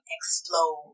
explode